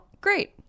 great